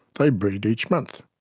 they breed each month.